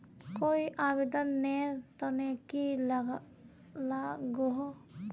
कोई आवेदन नेर तने की लागोहो?